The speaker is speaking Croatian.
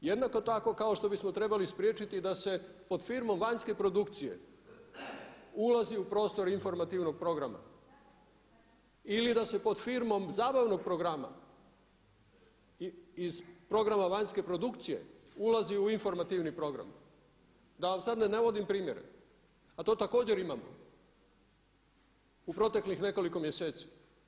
Jednako tako kao što bismo trebali i spriječiti i da se pod firmom vanjske produkcije ulazi u prostor informativnog programa ili da se pod firmom zabavnog programa iz programa vanjske produkcije ulazi u informativni program, da vam sad ne navodim primjere a to također imamo u proteklih nekoliko mjeseci.